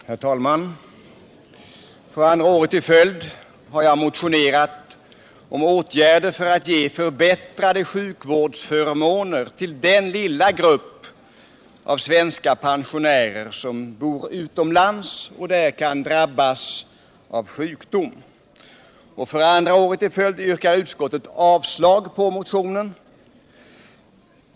Herr talman! För andra året i följd har jag motionerat om åtgärder för att ge förbättrade sjukvårdsförmåner till den lilla grupp av svenska pensionärer som bor utomlands och där kan drabbas av akut sjukdom. För andra året i följd yrkar utskottet avslag på motionen.